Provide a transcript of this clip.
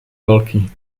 velký